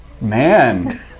Man